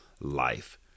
life